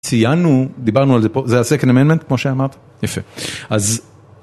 ציינו, דיברנו על זה פה, זה ה second amendment, כמו שאמרת, יפה, אז...